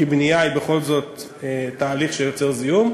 כי בנייה היא בכל זאת תהליך שיוצר זיהום.